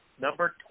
Number